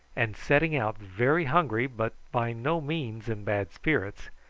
and setting out very hungry, but by no means in bad spirits,